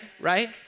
Right